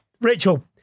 Rachel